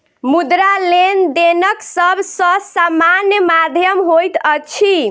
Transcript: मुद्रा, लेनदेनक सब सॅ सामान्य माध्यम होइत अछि